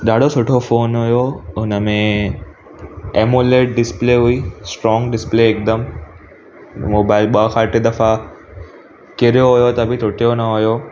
ॾाढो सुठो फ़ोन हुओ हुन में एमोलेड डिसप्ले हुई स्ट्रॉन्ग डिसप्ले हिकदमि मोबाइल ॿ खां टे दफ़ा किरियो हुयो त बि टूटियो न हुयो